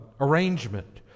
arrangement